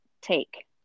take